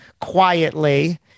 quietly